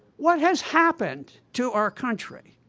what has happened to our country?